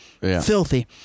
filthy